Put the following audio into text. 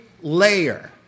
layer